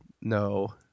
no